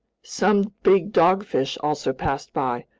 some big dogfish also passed by,